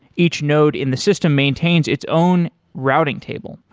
each node in the system maintains its own routing table.